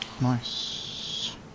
Nice